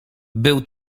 był